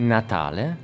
Natale